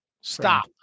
stop